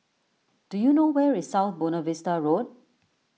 do you know where is South Buona Vista Road